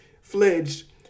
fledged